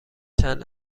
چند